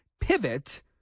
pivot